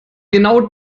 genau